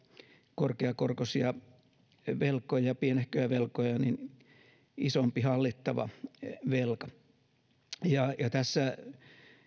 korkeakorkoisia pienehköjä velkoja isompi hallittava velka tässä